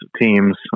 teams